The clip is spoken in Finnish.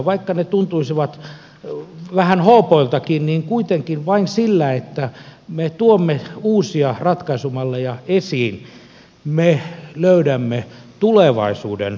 vaikka ne tuntuisivat vähän hoopoiltakin niin kuitenkin vain sillä että me tuomme uusia ratkaisumalleja esiin me löydämme tulevaisuuden ratkaisuita